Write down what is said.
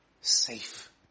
safe